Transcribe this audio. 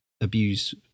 abuse